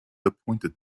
appointed